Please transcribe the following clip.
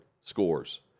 scores